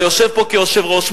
היושב פה כיושב-ראש,